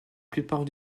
plupart